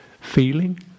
feeling